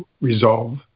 resolve